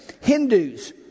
Hindus